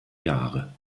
jahre